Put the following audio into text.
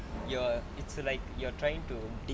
you're it's like you're trying to